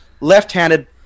left-handed